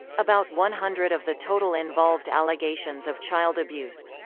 about one hundred of the total involved allegations of child abuse.